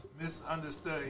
Misunderstood